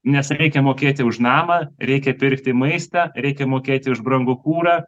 nes reikia mokėti už namą reikia pirkti maistą reikia mokėti už brangų kurą